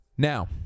Now